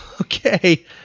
Okay